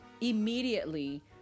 Immediately